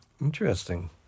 Interesting